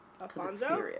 Alfonso